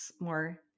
more